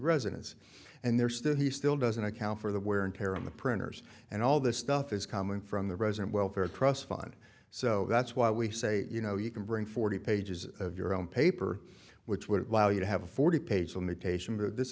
residents and they're still he still doesn't account for the wear and tear on the printers and all this stuff is coming from the resident welfare trust fund so that's why we say you know you can bring forty pages of your own paper which would allow you to have a